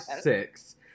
six